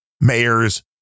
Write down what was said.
mayors